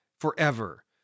forever